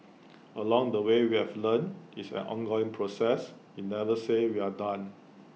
along the way we've learnt it's an ongoing process you never say we're done